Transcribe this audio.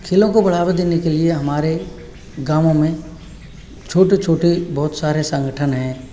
खेलों को बढ़ावा देने के लिए हमारे गाँवों में छोटे छोटे बहुत सारे संगठन है